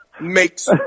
makes